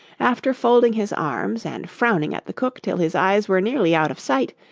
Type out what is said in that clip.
after folding his arms and frowning at the cook till his eyes were nearly out of sight,